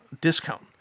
discount